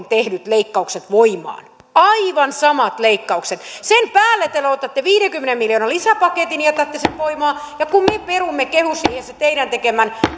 tehdyt leikkaukset voimaan aivan samat leikkaukset sen päälle te te otatte viidenkymmenen miljoonan lisäpaketin ja jätätte sen voimaan ja kun me peruisimme kehysriihessä teidän tekemänne